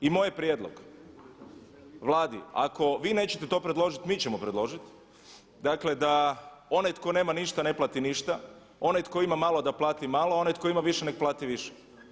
I moj je prijedlog Vladi, ako vi nećete to predložiti, mi ćemo predložiti, da onaj tko nema ništa ne plati ništa, onaj tko ima malo da plati malo, a onaj tko ima više nek plati više.